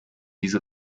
diese